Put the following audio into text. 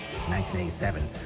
1987